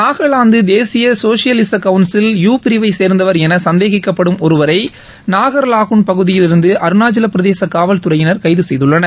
நாகாலாந்து தேசிய சோஷலிச council U பிரிவை சேர்ந்தவர் என சந்தேகிக்கப்படும் ஒருவரை நாகர் லாகூன் பகுதியிலிருந்து அருணாச்சல பிரதேச காவல்துறையினர் கைது செய்துள்ளனர்